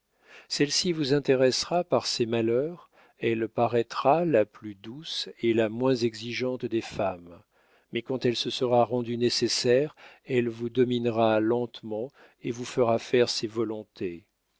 celle-ci vous intéressera par ses malheurs elle paraîtra la plus douce et la moins exigeante des femmes mais quand elle se sera rendue nécessaire elle vous dominera lentement et vous fera faire ses volontés